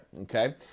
okay